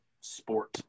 sport